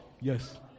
Yes